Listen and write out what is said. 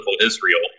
Israel